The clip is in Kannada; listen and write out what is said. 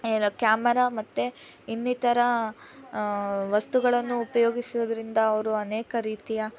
ಏನು ಕ್ಯಾಮರಾ ಮತ್ತೆ ಇನ್ನಿತರ ವಸ್ತುಗಳನ್ನು ಉಪಯೋಗಿಸುವುದರಿಂದ ಅವರು ಅನೇಕ ರೀತಿಯ